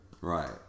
right